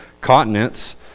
continents